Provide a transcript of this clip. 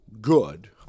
good